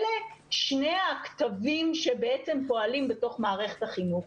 אלה שני הקטבים שבעצם פועלים בתוך מערכת החינוך.